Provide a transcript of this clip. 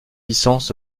licence